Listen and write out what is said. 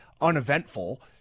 uneventful